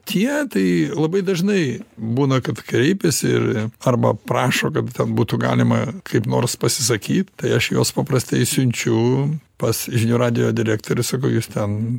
tie tai labai dažnai būna kad kreipiasi ir arba prašo kad ten būtų galima kaip nors pasisakyt tai aš juos paprastai siunčiu pas žinių radijo direktorių sakau jūs ten